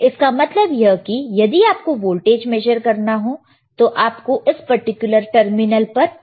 इसका मतलब कि यदि आपको वोल्टेज मेजर करना हो तो आपको इस पर्टिकुलर टर्मिनल पर कनेक्ट करना होगा